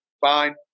Fine